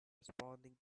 responding